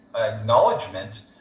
acknowledgement